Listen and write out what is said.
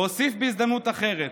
והוסיף בהזדמנות אחרת: